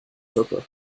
suppe